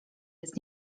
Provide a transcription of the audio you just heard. jest